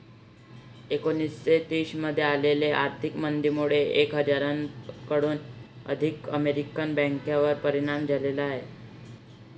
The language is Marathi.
एकोणीसशे तीस मध्ये आलेल्या आर्थिक मंदीमुळे एक हजाराहून अधिक अमेरिकन बँकांवर परिणाम झाला